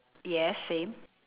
yes same